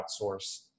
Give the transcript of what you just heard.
outsource